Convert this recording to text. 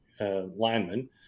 lineman